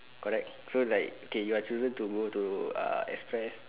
correct so like okay you are chosen to go to ah express